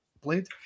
played